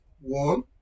One